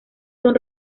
son